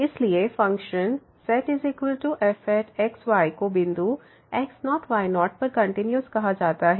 इसलिए function zfx y को बिंदु x0 y0पर कंटिन्यूस कहा जाता है